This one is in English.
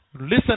listen